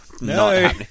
No